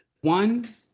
one